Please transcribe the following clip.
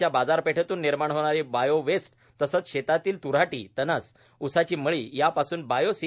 च्या बाजारपेठातून निर्माण होणारी बायोवेस्ट तसंच शेतातील त् हाटी तणस उसाची मळी या पासून बायो सी